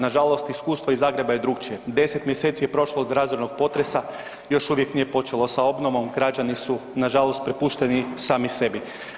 Nažalost, iskustvo iz Zagreba je drukčije, 10 mj. je prošlo od razornog potresa, još uvijek nije počelo sa obnovom, građani su nažalost prepušteni sami sebi.